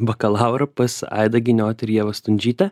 bakalaurą pas aidą giniotį ir ievą stundžytę